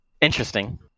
Interesting